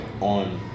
on